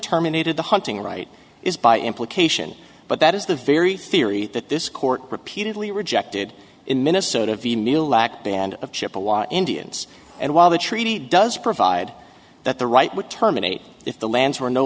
terminated the hunting right is by implication but that is the very theory that this court repeatedly rejected in minnesota v neal lack band of chippewa indians and while the treaty does provide that the right would terminate if the lands were no